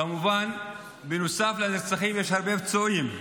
כמובן, בנוסף לנרצחים יש הרבה פצועים,